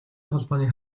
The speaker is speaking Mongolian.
холбооны